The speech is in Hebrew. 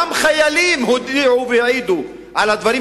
גם חיילים הודיעו והעידו על הדברים,